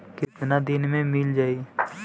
कितना दिन में मील जाई?